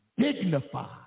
dignified